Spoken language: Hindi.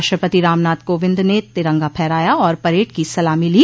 राष्ट्रपति रामनाथ कोविन्द ने तिरंगा फहराया और परड की सलामी ली